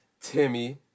Timmy